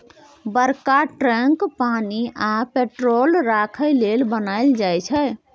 बरका टैंक पानि आ पेट्रोल राखय लेल बनाएल जाई छै